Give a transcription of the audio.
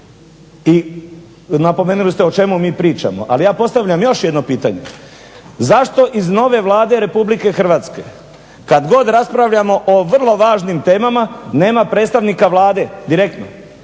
i napomenuli ste o čemu mi pričamo. Ali ja postavljam još jedno pitanje, zašto iz nove Vlade Republike Hrvatske kad god raspravljamo o vrlo važnim temama nema predstavnika Vlade direktno.